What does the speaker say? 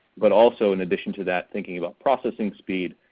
but also in addition to that thinking about processing speed,